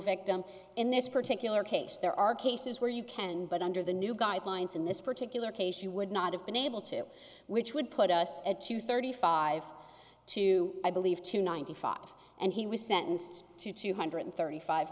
victim in this particular case there are cases where you can but under the new guidelines in this particular case she would not have been able to which would put us at two thirty five to i believe two ninety five and he was sentenced to two hundred thirty five